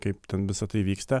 kai kaip ten visa tai vyksta